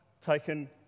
taken